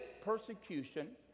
persecution